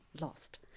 lost